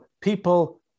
people